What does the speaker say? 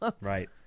right